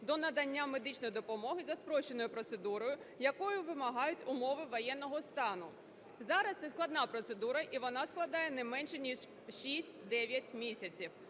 до надання медичної допомоги за спрощеною процедурою, якої вимагають умови воєнного стану. Зараз це складна процедура, і вона складає не менше ніж 6-9 місяців,